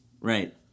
right